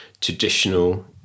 traditional